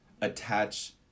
attach